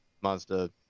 mazda